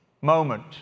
moment